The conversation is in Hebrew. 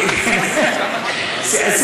אין לנו ממון משותף.